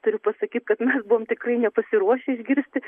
turiu pasakyt kad mes buvome tikrai nepasiruošę išgirsti